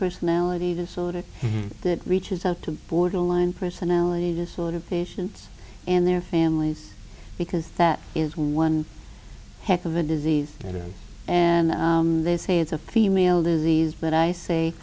personality disorder that reaches out to borderline personality disorder patients and their families because that is one heck of a disease and they say it's a female disease but i say